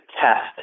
test